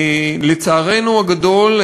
לצערנו הגדול,